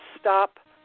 stop